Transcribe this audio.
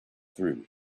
through